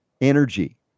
energy